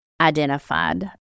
identified